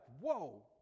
whoa